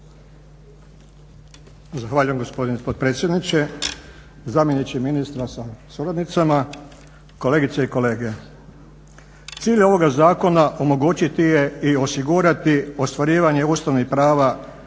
Zahvaljujem gospodine potpredsjedniče. Zamjeniče ministra sa suradnicama, kolegice i kolege. Cilj je ovoga zakona omogućiti i osigurati ostvarivanje ustavnih prava